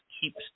keeps